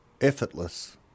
effortless